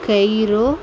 Cairo